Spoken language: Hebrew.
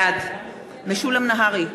בעד משולם נהרי,